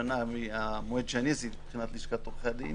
שנה מהמועד שעשיתי את בחינת לשכת עורכי הדין,